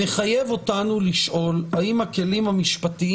מחייב אותנו לשאול האם הכלים המשפטיים